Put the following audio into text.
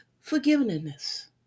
forgiveness